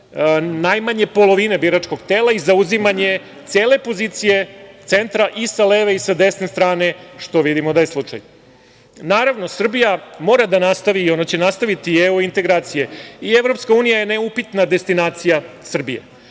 najmanje polovine biračkog tela i zauzimanje cele pozicije centra i sa leve i sa desne strane, što vidimo da je slučaj. Naravno, Srbija mora da nastavi i ona će nastaviti u EU integracije, i EU je neupitna destinacija Srbije.U